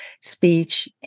speech